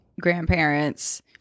grandparents